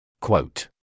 Quote